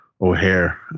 O'Hare